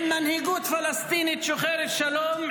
עם מנהיגות פלסטינית שוחרת שלום,